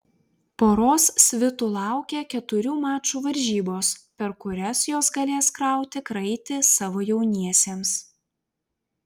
poros svitų laukia keturių mačų varžybos per kurias jos galės krauti kraitį savo jauniesiems